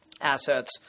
assets